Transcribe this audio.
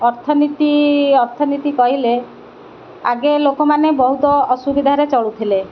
ଅର୍ଥନୀତି ଅର୍ଥନୀତି କହିଲେ ଆଗେ ଲୋକମାନେ ବହୁତ ଅସୁବିଧାରେ ଚଳୁଥିଲେ